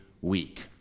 week